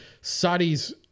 Saudis